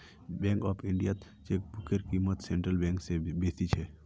bank of इंडियात चेकबुकेर क़ीमत सेंट्रल बैंक स बेसी छेक